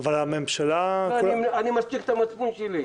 אבל הממשלה --- אני משקיט את המצפון שלי.